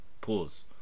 pause